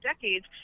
decades